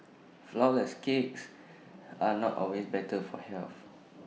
Flourless Cakes are not always better for health